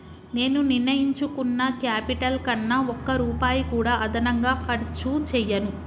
నేను నిర్ణయించుకున్న క్యాపిటల్ కన్నా ఒక్క రూపాయి కూడా అదనంగా ఖర్చు చేయను